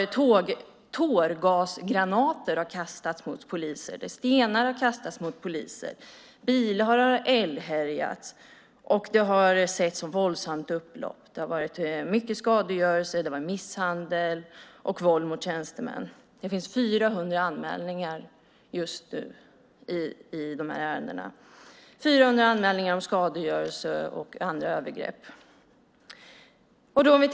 Tårgasgranater har kastats mot poliser, stenar har kastats mot poliser, bilar har eldhärjats och det har varit våldsamma upplopp. Det har varit mycket skadegörelse, misshandel och våld mot tjänstemän. Det finns 400 anmälningar i de här ärendena om skadegörelse och andra övergrepp.